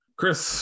chris